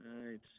right